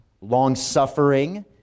long-suffering